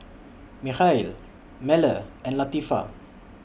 Mikhail Melur and Latifa